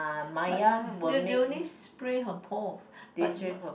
but the the only spray her paws but